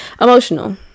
emotional